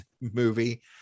movie